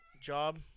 job